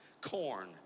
corn